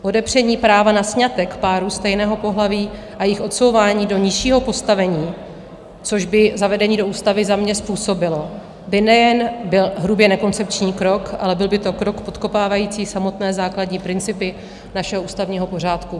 Odepření práva na sňatek párů stejného pohlaví a jejich odsouvání do nižšího postavení, což by zavedení do ústavy za mě způsobilo, by nejen byl hrubě nekoncepční krok, ale byl by to krok podkopávající samotné základní principy našeho ústavního pořádku.